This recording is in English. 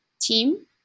team